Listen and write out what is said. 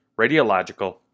radiological